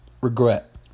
regret